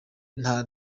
nta